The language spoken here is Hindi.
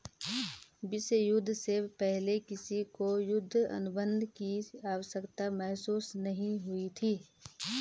विश्व युद्ध से पहले किसी को युद्ध अनुबंध की आवश्यकता महसूस नहीं हुई थी